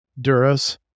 Duros